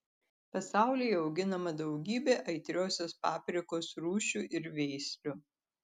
pasaulyje auginama daugybė aitriosios paprikos rūšių ir veislių